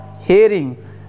hearing